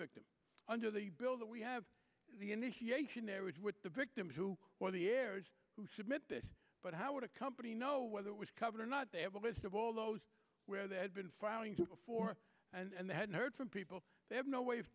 victims under the bill that we have the initiation there was with the victims who were the heirs who submit this but how would a company know whether it was covered or not they have a list of all those where they had been filing for and they hadn't heard from people they have no way of